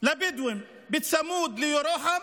לבדואים צמוד לירוחם